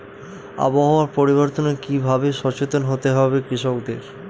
আবহাওয়া পরিবর্তনের কি ভাবে সচেতন হতে হবে কৃষকদের?